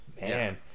Man